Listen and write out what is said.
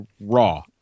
Raw